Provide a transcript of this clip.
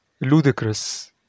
ludicrous